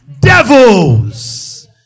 devils